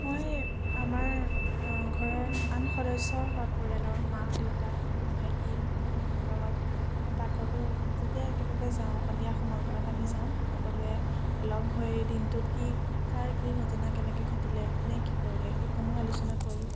মই আমাৰ ঘৰৰ আন সদস্য বা পৰিয়ালৰ মা দেউতা ভাইটীৰ লগত মই পাকঘৰটোত যেতিয়া একেলগে যাওঁ সন্ধিয়া সময়কণত আমি যাওঁ সকলোৱে লগ হৈ দিনটোত কি কাৰ কি ঘটনা কেনেকৈ ঘটিলে কোনে কি কৰিলে সেইসমূহ আলোচনা কৰোঁ